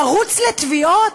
לרוץ לתביעות?